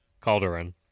Calderon